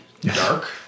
dark